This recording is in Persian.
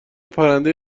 پرنده